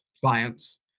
clients